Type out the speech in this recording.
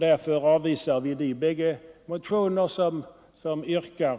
Därför avvisar vi de bägge motioner 1974:39 och 1974:349 där man yrkar